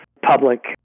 public